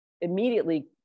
immediately